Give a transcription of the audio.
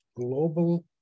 global